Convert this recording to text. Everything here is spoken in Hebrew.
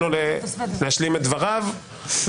ששון להשלים את דבריו,